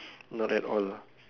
not at all ah